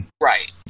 Right